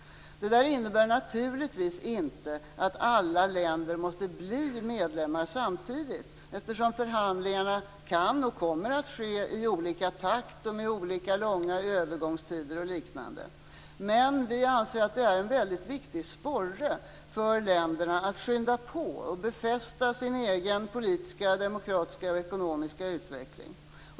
Det innebär naturligtvis inte att alla länder måste bli medlemmar samtidigt, eftersom förhandlingarna kan och kommer att ske i olika takt och med olika långa övergångstider och liknande. Men vi anser att det är en väldigt viktig sporre för länderna att skynda på och befästa sin egen politiska, demokratiska och ekonomiska utveckling.